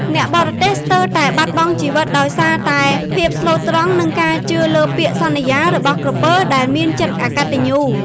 អ្នកបរទេះស្ទើរតែបាត់បង់ជីវិតដោយសារតែភាពស្លូតត្រង់ និងការជឿលើពាក្យសន្យារបស់ក្រពើដែលមានចិត្តអកតញ្ញូ។